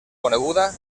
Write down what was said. coneguda